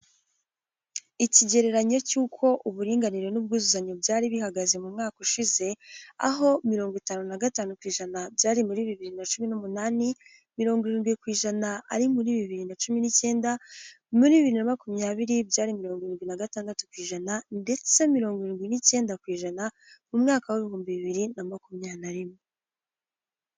Ikigereranyo cy'uko uburinganire n'ubwuzuzanye byari bihagaze mu mwaka ushize, aho mirongo itanu na gatanu ku ijana byari muri bibiri na cumi n'umunani, mirongo irindwi ku ijana ari muri bibiri na cumi n'icyenda, muri bibiri na makumyabiri byari mirongo irindwi na gatandatu ku ijana ndetse mirongo irindwi n'icyenda ku ijana mu mwaka w'ibihumbi bibiri na makumyabiri na rimwe.